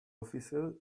officer